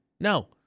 no